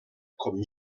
com